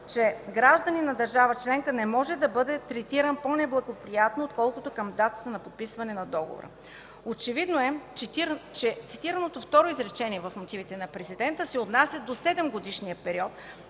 че гражданин на държава членка не може да бъде третиран по-неблагоприятно, отколкото към датата на подписване на договора. Очевидно е, че цитираното второ изречение от мотивите на Президента се отнасят до 7-годишния период,